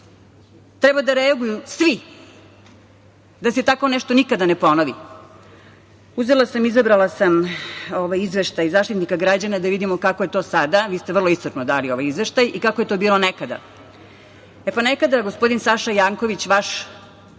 Treba da reaguju svi da se tako nešto nikada ne ponovi! Uzela sam, izabrala sam ovaj izveštaj Zaštitnika građana da vidimo kako je to sada. Vi ste vrlo iscrpno dali ovaj izveštaj i kako je to bilo nekada. Nekada je gospodin Saša Janković, vaš